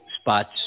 spots